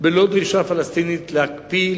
בלא דרישה פלסטינית להקפיא,